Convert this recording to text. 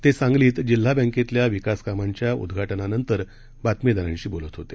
ते सांगलीत जिल्हा बँकेतल्या विकासकामांच्या उद्घाटनानंतर बातमीदारांशी बोलत होते